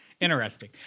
Interesting